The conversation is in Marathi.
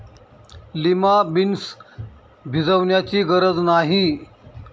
लिमा बीन्स भिजवण्याची गरज नाही